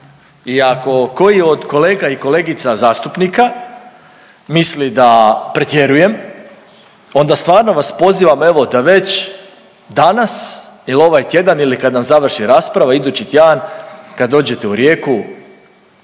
i ako koji od kolega i kolegica zastupnika misli da pretjerujem onda stvarno vas pozivam evo da već danas ili ovaj tjedan ili kad nam završi rasprava idući tjedan kad dođete u Rijeku